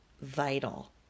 vital